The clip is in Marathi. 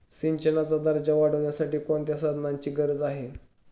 सिंचनाचा दर्जा वाढविण्यासाठी कोणत्या संसाधनांची गरज आहे?